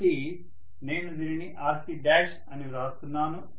కాబట్టి నేను దానిని Rc అని వ్రాస్తున్నాను